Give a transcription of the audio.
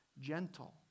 gentle